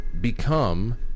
become